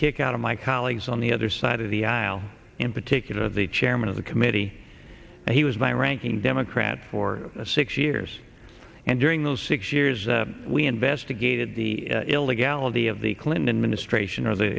kick out of my colleagues on the other side of the aisle in particular the chairman of the committee and he was my ranking democrat for six years and during those six years we investigated the illegality of the clinton administration or the